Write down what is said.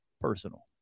personal